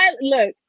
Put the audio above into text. look